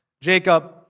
Jacob